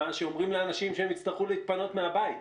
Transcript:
שאומרים לאנשים שהם יצטרכו להתפנות מהבית.